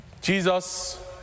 Jesus